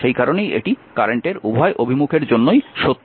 সেই কারনেই এটি কারেন্টের উভয় অভিমুখের জন্যই সত্য